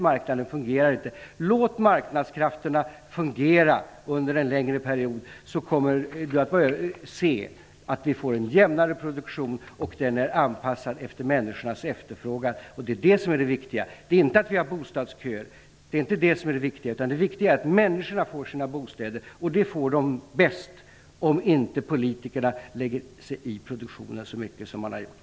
Marknaden fungerar inte. Låt marknadskrafterna fungera under en längre period! Vi kommer att se att vi får en jämnare produktion. Den är anpassad efter människornas efterfråga. Det är detta som är det viktiga. Det är inte bostadsköerna som är det viktiga. Det viktiga är att människorna får sina bostäder, och det får de bäst om politikerna inte lägger sig i produktionen så mycket som de har gjort.